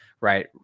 right